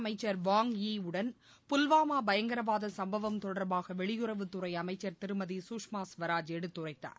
அமைச்சர் Wang Yi உடன் புல்வாமா பயங்கரவாத சம்பவம் தொடர்பாக வெளியுறவுத்துறை அமைச்சர் திருமதி சுஷ்மா ஸ்வராஜ் எடுத்துரைத்தார்